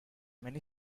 many